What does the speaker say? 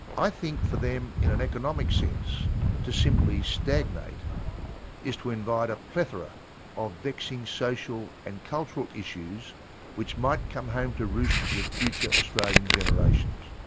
i think for them in an economic sense to simply stagnate is to invite a plethora of vexing social and cultural issues which might come home to roost with future australian generations.